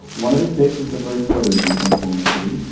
one of his picks was the first puerto rican principal in the city.